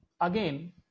again